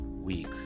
week